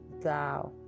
thou